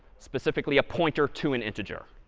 specifically a pointer to an integer.